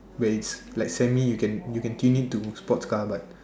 when it's like semi you can you can change it to sports car but